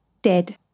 dead